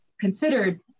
considered